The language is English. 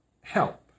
help